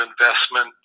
investment